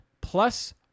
plus